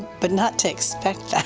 but not to expect